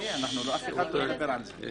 אבל עזבי, אף אחד לא ידבר על זה.